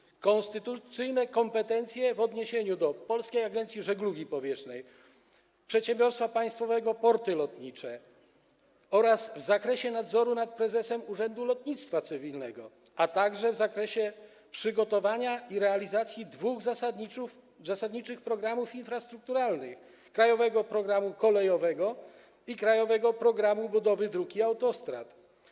Chodzi o konstytucyjne kompetencje w odniesieniu do Polskiej Agencji Żeglugi Powietrznej, Przedsiębiorstwa Państwowego „Porty Lotnicze” oraz w zakresie nadzoru nad prezesem Urzędu Lotnictwa Cywilnego, a także w zakresie przygotowania i realizacji dwóch zasadniczych programów infrastrukturalnych: „Krajowego programu kolejowego” i krajowego programu budowy dróg i autostrad.